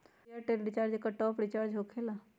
Airtel recharge एकर top off recharge होकेला?